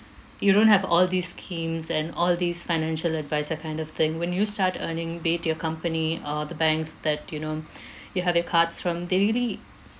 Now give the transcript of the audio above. you don't have all these schemes and all these financial adviser kind of thing when you start earning with your company or the banks that you know you have your cards from they really